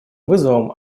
вызовом